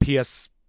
PS